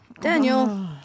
Daniel